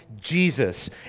Jesus